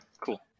cool